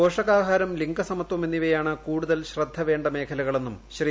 പോഷകാഹാരം ലിംഗസമത്വം എന്നിവയാണ് കൂടുതൽ ശ്രദ്ധ വേണ്ട മേഖലകളെന്നും ശ്രീ